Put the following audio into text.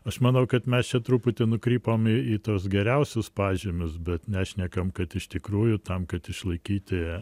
aš manau kad mes čia truputį nukrypom į į tuos geriausius pažymius bet nešnekam kad iš tikrųjų tam kad išlaikyti